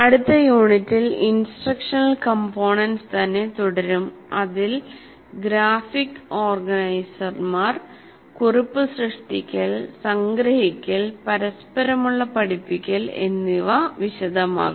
അടുത്ത യൂണിറ്റിൽ instructional components തന്നെ തുടരും അതിൽ ഗ്രാഫിക് ഓർഗനൈസർമാർ കുറിപ്പ് സൃഷ്ടിക്കൽ സംഗ്രഹിക്കൽ പരസ്പരമുള്ള പഠിപ്പിക്കൽ എന്നിവ വിശദമാക്കും